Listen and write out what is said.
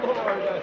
Lord